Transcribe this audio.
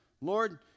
Lord